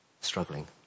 struggling